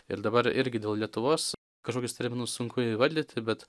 ir dabar irgi dėl lietuvos kažkokius terminus sunku įvardyti bet